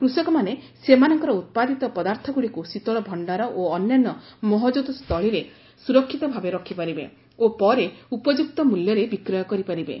କୃଷକମାନେ ସେମାନଙ୍କର ଉତ୍ପାଦିତ ପଦାର୍ଥଗୁଡ଼ିକୁ ଶୀତଳଭଣ୍ଡାର ଓ ଅନ୍ୟାନ୍ୟ ମହକୁଦ ସ୍ଥଳୀରେ ସୁରକ୍ଷିତ ଭାବେ ରଖିପାରିବେ ଓ ପରେ ଉପଯୁକ୍ତ ମୂଲ୍ୟରେ ବିକ୍ରୟ କରିପାରିବେ